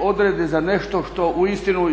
odrede za nešto što uistinu